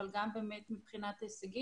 אבל גם באמת מבחינת הישגים,